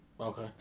Okay